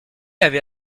avait